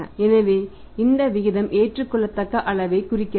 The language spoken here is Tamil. எனவே இந்த விகிதம் ஏற்றுக்கொள்ளத்தக்க அளவைக் குறிக்கிறது